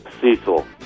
Cecil